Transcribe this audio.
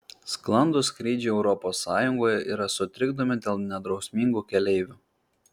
sklandūs skrydžiai europos sąjungoje yra sutrikdomi dėl nedrausmingų keleivių